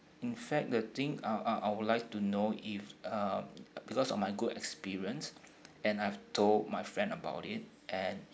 in fact the thing uh uh I would like to know if uh because of my good experience and I told my friend about it and